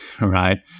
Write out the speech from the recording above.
right